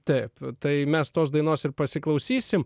taip tai mes tos dainos ir pasiklausysim